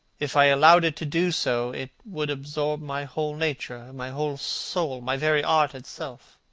if i allowed it to do so, it would absorb my whole nature, my whole soul, my very art itself.